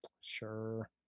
Sure